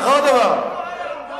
לא היה, לא נברא, וגם משל לא היה.